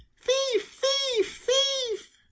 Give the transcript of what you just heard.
thief, thief, thief!